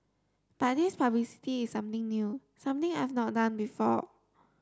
but this publicity is something new something I've not done before